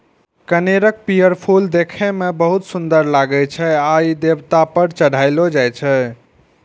कनेरक पीयर फूल देखै मे बहुत सुंदर लागै छै आ ई देवता पर चढ़ायलो जाइ छै